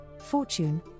Fortune